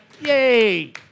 Yay